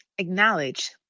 acknowledge